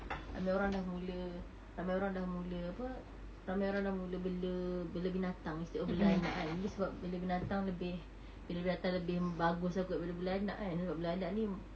ramai orang dah mula ramai orang dah mula apa ramai orang dah mula bela bela binatang instead of bela anak kan maybe sebab bela binatang lebih bagus lah kot dari bela anak kan sebab bela anak ni